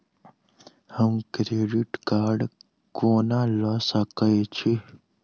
हम credit card कोना लऽ सकै छी?